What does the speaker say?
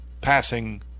passing